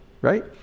right